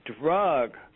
drug